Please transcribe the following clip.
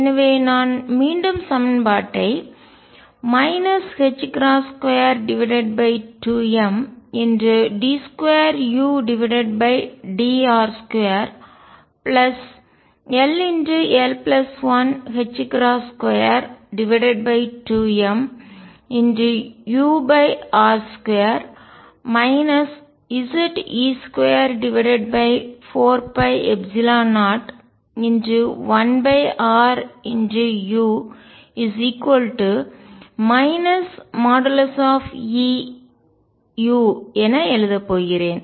எனவே நான் மீண்டும் சமன்பாட்டை 22md2udr2 ll122mur2 Ze24π01ru |E|u என எழுதப் போகிறேன்